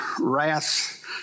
wrath